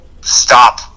stop